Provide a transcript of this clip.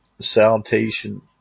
Salutation